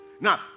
Now